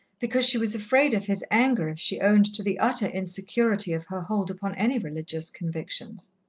because she was afraid of his anger if she owned to the utter insecurity of her hold upon any religious convictions.